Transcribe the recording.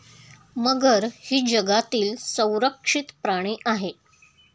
मगर ही जगातील संरक्षित प्राणी आहे